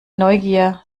neugier